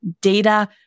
data